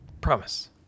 Promise